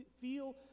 feel